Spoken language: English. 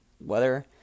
Weather